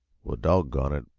well, doggone it!